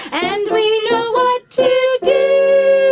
and and we know what to